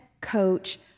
coach